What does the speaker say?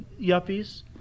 yuppies